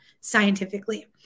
scientifically